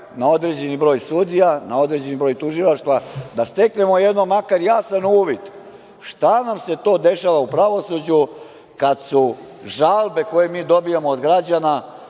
na određeni broj sudija, na određeni broj tužilaštva, da steknemo jednom makar jasan uvid šta nam se to dešava u pravosuđu kada su žalbe koje mi dobijamo od građana,